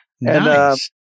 Nice